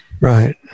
right